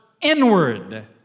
inward